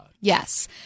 Yes